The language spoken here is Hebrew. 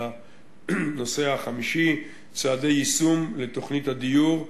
הנושא החמישי הוא: צעדי יישום לתוכנית הדיור,